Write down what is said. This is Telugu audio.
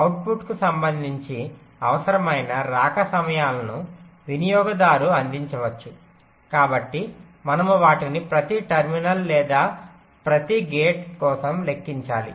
అవుట్పుట్కు సంబంధించి అవసరమైన రాక సమయాలను వినియోగదారు అందించవచ్చు కాబట్టి మనము వాటిని ప్రతి టెర్మినల్ లేదా ప్రతి గేట్ కోసం లెక్కించాలి